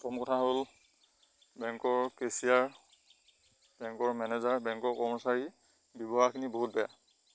প্ৰথম কথা হ'ল বেংকৰ কেচিয়াৰ বেংকৰ মেনেজাৰ বেংকৰ কৰ্মচাৰী ব্যৱহাৰখিনি বহুত বেয়া